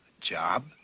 job